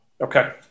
Okay